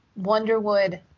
Wonderwood